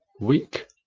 week